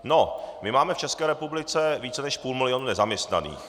No, my máme v České republice více než půl milionu nezaměstnaných.